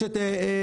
יש את גולני-דברת,